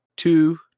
two